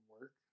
work